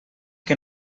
que